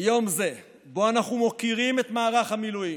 ביום זה שבו אנחנו מוקירים את מערך המילואים,